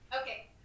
Okay